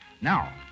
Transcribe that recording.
Now